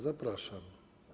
Zapraszam.